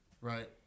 right